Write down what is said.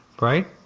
right